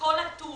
הכול אטום.